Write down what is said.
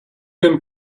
can